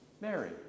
Mary